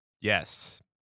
Yes